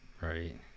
Right